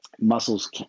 muscles